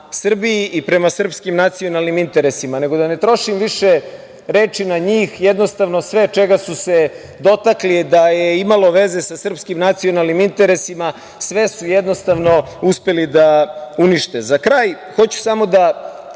Srbiji i prema srpskim nacionalnim interesima. Nego, da ne trošim više reči na njih. Jednostavno, sve čega su se dotakli da je imalo veze sa srpskim nacionalnim interesima, sve su jednostavno uspeli da unište.Za kraj, hoću samo da